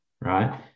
right